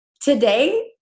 today